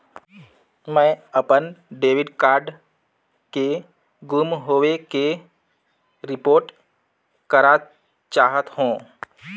मैं अपन debit card के गुम होवे के रिपोर्ट करा चाहत हों